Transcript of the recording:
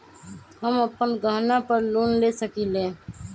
हम अपन गहना पर लोन ले सकील?